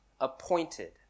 Appointed